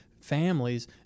families